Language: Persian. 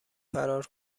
فرار